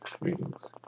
readings